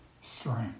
Strength